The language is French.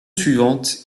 suivante